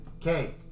Okay